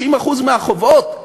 90% מהחובות,